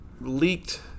leaked